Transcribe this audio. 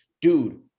Dude